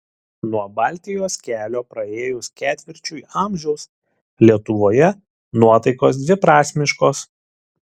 nuo baltijos kelio praėjus ketvirčiui amžiaus lietuvoje nuotaikos dviprasmiškos